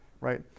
right